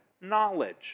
knowledge